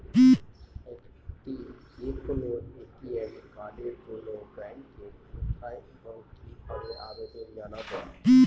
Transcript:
একটি যে কোনো এ.টি.এম কার্ডের জন্য ব্যাংকে কোথায় এবং কিভাবে আবেদন জানাব?